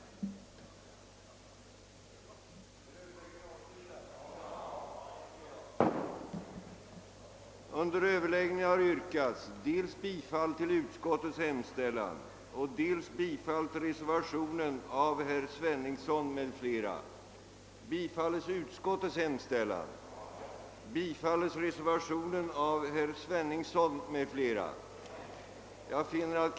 Som tiden nu var långt framskriden beslöt kammaren på förslag av herr talmannen att uppskjuta behandlingen av återstående på föredragningslistan upptagna ärenden till morgondagens sammanträde.